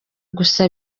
gusa